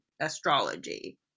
astrology